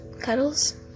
Cuddles